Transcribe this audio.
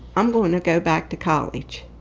i'm going to go back to college.